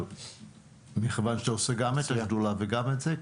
אבל מכיוון שאתה עושה גם את השדולה וגם את זה,